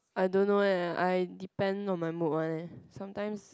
I don't know eh I depend on my mood one eh sometimes